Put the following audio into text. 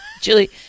Julie